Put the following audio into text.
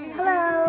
Hello